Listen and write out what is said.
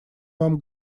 вам